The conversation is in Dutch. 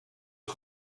een